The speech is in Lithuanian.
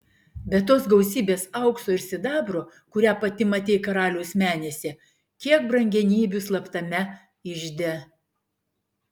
be tos gausybės aukso ir sidabro kurią pati matei karaliaus menėse kiek brangenybių slaptame ižde